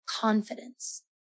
confidence